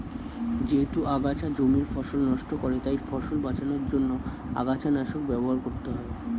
যেহেতু আগাছা জমির ফসল নষ্ট করে তাই ফসল বাঁচানোর জন্য আগাছানাশক ব্যবহার করতে হয়